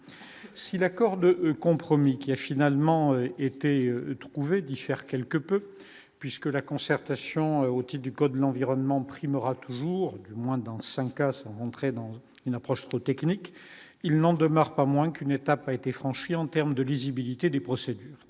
si l'accord de compromis qui a finalement été trouvé diffère quelque peu puisque la concertation au type du code de l'environnement primera toujours, du moins dans 5 sont montrés dans une approche trop technique, il n'en demeure pas moins qu'une étape a été franchie en terme de lisibilité des procédures,